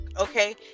okay